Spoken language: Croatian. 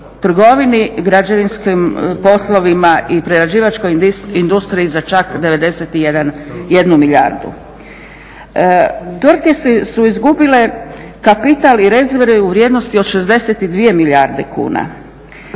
građevinskim poslovima i prerađivačkoj industriji za čak 91 milijardu. Tvrtke su izgubile kapital i rezove u vrijednosti od 62 milijarde kuna,